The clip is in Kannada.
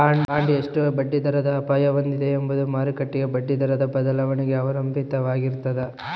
ಬಾಂಡ್ ಎಷ್ಟು ಬಡ್ಡಿದರದ ಅಪಾಯ ಹೊಂದಿದೆ ಎಂಬುದು ಮಾರುಕಟ್ಟೆಯ ಬಡ್ಡಿದರದ ಬದಲಾವಣೆಗೆ ಅವಲಂಬಿತವಾಗಿರ್ತದ